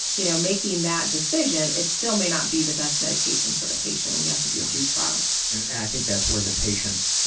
you know, making that decision it still may not be the best medication for the patient and we have to do a few trials. and and i think that's where the patients,